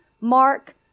mark